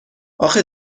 آخه